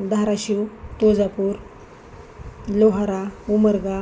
Dharashiv Tuljapur Lohara Umarga